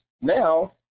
now